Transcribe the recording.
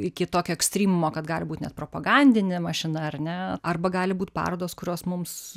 iki tokio ekstrymo kad galbūt net propagandinė mašina ar ne arba gali būt parodos kurios mums